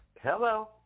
Hello